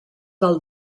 del